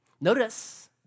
Notice